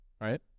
right